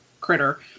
critter